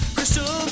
Crystal